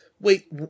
Wait